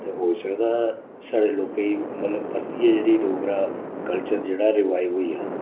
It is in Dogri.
ते होई सकदा स्हाड़े लोकें गी मतलब परतियै जेह्ड़ी डोगरा कल्चर जेह्ड़ा रिवाइव होई जा